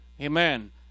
Amen